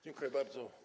Dziękuję bardzo.